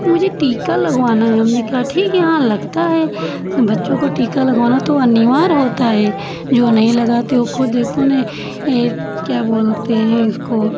वो मुझे टीका लगवाना है हमने कहा ठीक है हाँ लगता है बच्चों को टीका लगवाना तो अनिवार्य होता है जो नहीं लगाते वो खुद देखो ना ये क्या बोलते हैं इसको